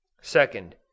second